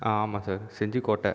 ஆமாம் சார் செஞ்சி கோட்டை